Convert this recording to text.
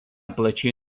plačiai